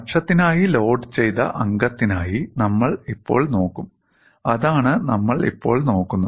അക്ഷത്തിൽ ലോഡുചെയ്ത അംഗത്തിനായി നമ്മൾ ഇപ്പോൾ നോക്കും ഇതാണ് നമ്മൾ ഇപ്പോൾ നോക്കുന്നത്